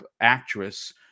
actress